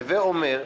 הווה אומר,